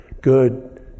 good